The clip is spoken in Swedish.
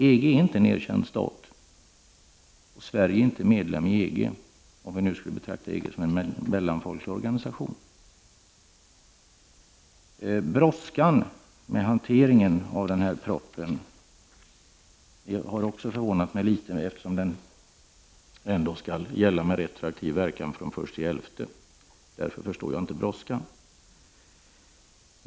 EG är inte en erkänd stat, och Sverige är inte medlem i EG — om vi nu skulle betrakta EG som en mellanfolklig organisation. Att det är så bråttom med hanteringen av den här propositionen har också förvånat mig litet; den skall gälla med retroaktiv verkan från den 1 november.